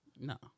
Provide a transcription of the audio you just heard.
No